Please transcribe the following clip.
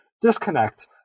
disconnect